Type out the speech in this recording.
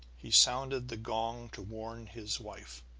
he sounded the gong to warn his wife,